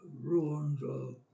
ruined